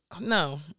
No